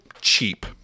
cheap